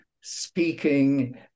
speaking